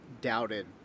doubted